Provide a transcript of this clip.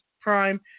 prime